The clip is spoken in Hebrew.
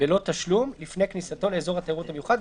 בלא תשלום לפני כניסתו לאזור התיירות המיוחד,